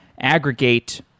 aggregate